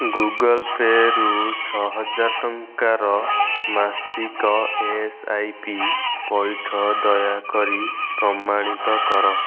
Google ପେ'ରୁ ଛଅହଜାର ଟଙ୍କାର ମାସିକ ଏସଆଇପି ପଇଠ ଦୟାକରି ପ୍ରମାଣିତ କର